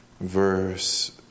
verse